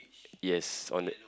yes on the